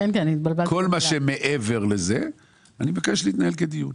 כל מה שמעבר לזה אני מבקש שיתנהל כדיון.